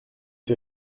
ces